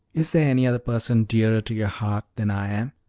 is there any other person dearer to your heart than i am?